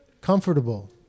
Comfortable